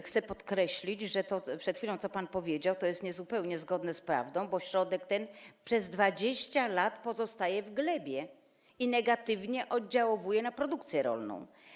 Chcę podkreślić, że to, co przed chwilą pan powiedział, jest niezupełnie zgodne z prawdą, bo środek ten przez 20 lat pozostaje w glebie i negatywnie oddziałuje na produkcję rolną.